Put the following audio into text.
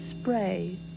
spray